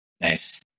Nice